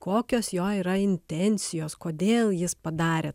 kokios jo yra intencijos kodėl jis padarė